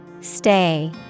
stay